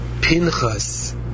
Pinchas